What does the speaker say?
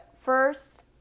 first